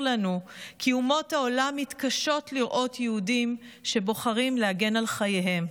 לנו כי אומות העולם מתקשות לראות יהודים שבוחרים להגן על חייהם.